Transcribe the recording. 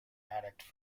addicted